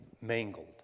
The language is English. mangled